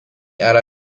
ára